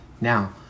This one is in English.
Now